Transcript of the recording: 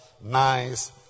nice